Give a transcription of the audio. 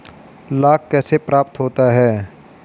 लाख कैसे प्राप्त होता है?